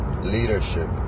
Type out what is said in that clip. Leadership